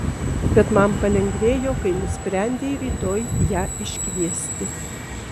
bet man palengvėjo kai nusprendei rytoj ją iškviesti